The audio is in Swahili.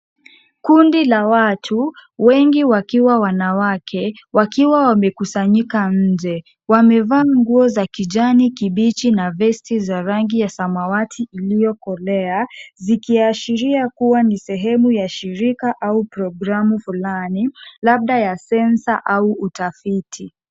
Kundi la watu, wengi wakiwa wanawake, wakiwa wamekusanyika nje. Wamevaa nguo za kijani kibichi na vesti za rangi ya samawati iliyokolea, zikiashiria kuwa ni sehemu ya shirika au programu fulani, labda ya sensa au utafiti.